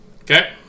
Okay